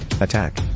attack